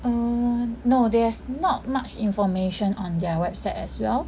err no there's not much information on their website as well